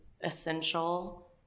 essential